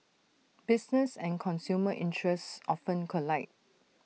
business and consumer interests often collide